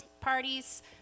parties